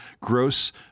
gross